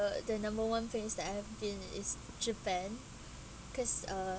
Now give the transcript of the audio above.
the number one place that I have been is japan cause uh